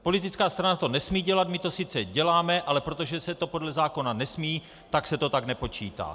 Politická strana to nesmí dělat, my to sice děláme, ale protože se to podle zákona nesmí, tak se to tak nepočítá.